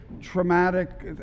traumatic